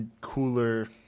cooler